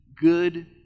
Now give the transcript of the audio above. good